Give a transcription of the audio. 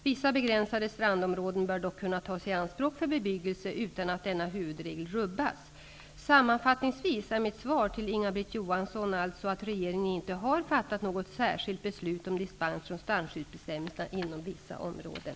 Vissa begränsade strandområden bör dock kunna tas i anspråk för bebyggelse utan att denna huvudregel rubbas. Sammanfattningsvis är mitt svar till Inga-Britt Johansson alltså att regeringen inte har fattat något särskilt beslut om dispens från strandskyddsbestämmelserna inom vissa områden.